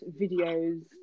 videos